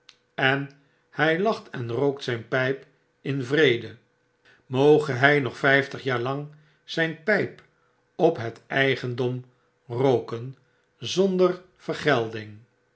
en hy lacht en rookt zijn pyp in vrede moge hy nog vyftig jaar lang zyn pyp op het eigendom rooken zonder